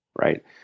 right